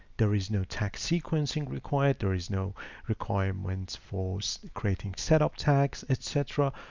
there is no text sequencing required there is no requirements for creating setup tags, etc.